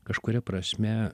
kažkuria prasme